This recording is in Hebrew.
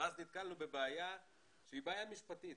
ואז נתקלנו בבעיה שהיא בעיה משפטית,